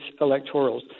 electorals